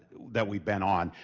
that we've been on.